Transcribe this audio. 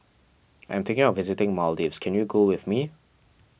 I'm thinking of visiting Maldives can you go with me